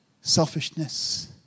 selfishness